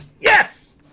Yes